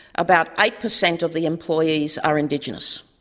about eight per cent of the employees are indigenous.